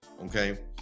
Okay